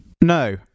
No